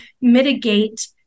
mitigate